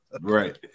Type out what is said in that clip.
Right